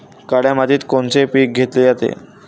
काळ्या मातीत कोनचे पिकं घेतले जाते?